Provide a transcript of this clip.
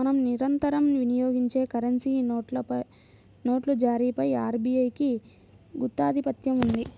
మనం నిరంతరం వినియోగించే కరెన్సీ నోట్ల జారీపై ఆర్బీఐకి గుత్తాధిపత్యం ఉంది